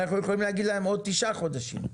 אנחנו יכולים להגיד להם עוד תשעה חודשים,